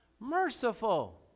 merciful